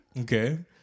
Okay